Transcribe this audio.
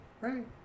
Right